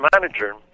manager